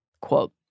Quote